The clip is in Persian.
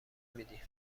میدی